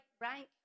rank